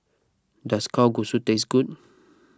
does Kalguksu taste good